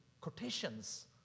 quotations